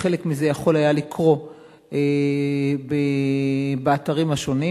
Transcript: חלק מזה יכול היה לקרוא באתרים השונים,